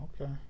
okay